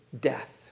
death